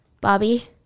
Bobby